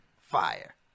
fire